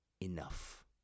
enough